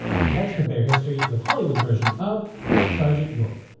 let's compare history with hollywood's version of sergeant york!